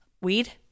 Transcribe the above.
Weed